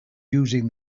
using